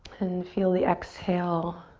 and feel the exhale,